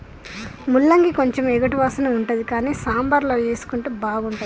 ముల్లంగి కొంచెం ఎగటు వాసన ఉంటది కానీ సాంబార్ల వేసుకుంటే బాగుంటుంది